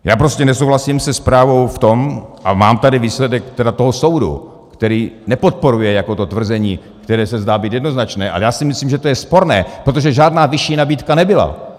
Já prostě nesouhlasím se zprávou v tom, a mám tady výsledek toho soudu, který nepodporuje jako to tvrzení, které se zdá být jednoznačné, ale já si myslím, že to je sporné, protože žádná vyšší nabídka nebyla.